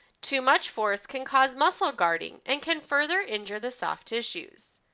too much force can cause muscle guarding and can further injure the soft tissues.